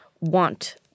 want